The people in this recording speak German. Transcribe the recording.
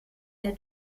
der